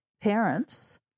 parents